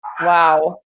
Wow